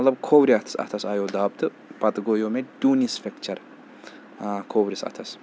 مطلب کھوورِس اَتھَس اَتھَس آیو دَب تہٕ پَتہٕ گوٚیو مےٚ ٹیوٗنِس فیٚکچَر کھوورِس اَتھَس